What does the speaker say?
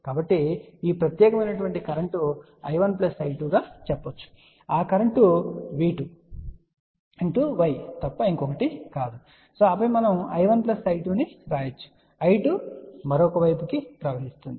కాబట్టి ఈ ప్రత్యేకమైన కరెంట్ I1 I2 అని చెప్పవచ్చు మరియు ఆ కరెంట్ V2 Y తప్ప మరేమీ కాదని మనము చెప్పగలం ఆపై మనం I1 I2 ను వ్రాయవచ్చు I2 మరొక వైపుకు ప్రవహిస్తుంది